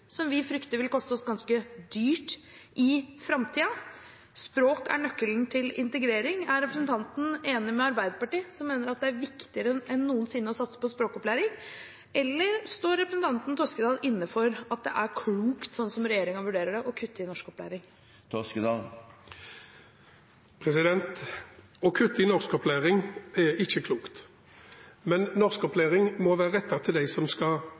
som vi frykter vil koste oss ganske dyrt i framtiden. Språk er nøkkelen til integrering. Er representanten enig med Arbeiderpartiet, som mener at det er viktigere enn noensinne å satse på språkopplæring, eller står representanten Toskedal inne for at det er klokt, som regjeringen vurderer det, å kutte i norskopplæring? Å kutte i norskopplæring er ikke klokt, men norskopplæring må være rettet til dem som med stor sannsynlighet skal